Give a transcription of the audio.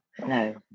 no